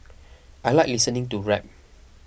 I like listening to rap